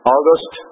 August